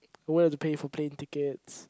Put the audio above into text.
only have to pay for plane tickets